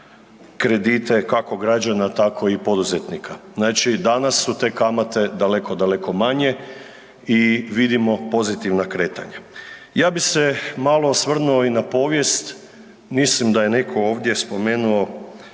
kredite kako građana tako i poduzetnika. Danas su te kamate daleko, daleko manje i vidimo pozitivna kretanja. Ja bih se malo osvrnuo i na povijest, mislim da je netko ovdje spomenuo